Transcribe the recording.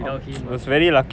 without him eh